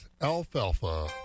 alfalfa